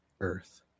Earth